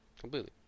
Completely